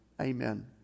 amen